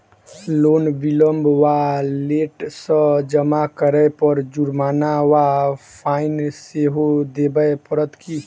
Loan विलंब वा late सँ जमा करै पर जुर्माना वा फाइन सेहो देबै पड़त की?